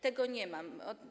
Tego nie ma.